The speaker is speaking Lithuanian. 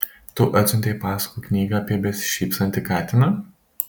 tu atsiuntei pasakų knygą apie besišypsantį katiną